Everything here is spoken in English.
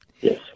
Yes